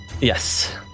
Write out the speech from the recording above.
yes